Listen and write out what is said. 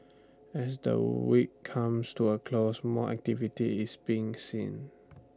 as the week comes to A close more activity is being seen